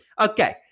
Okay